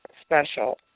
special